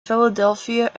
philadelphia